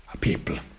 people